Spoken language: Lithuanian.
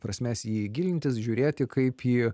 prasmės į jį gilintis žiūrėti kaip į